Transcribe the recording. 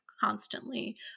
constantly